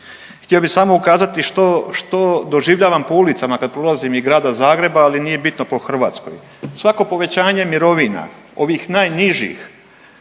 Htio bih samo ukazati što doživljavam po ulicama kada prolazim i Grada Zagreba, ali nije bitno, po Hrvatskoj. Svako povećanje mirovina, ovih najnižih